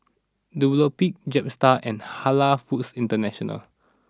Dunlopillo Jetstar and Halal Foods International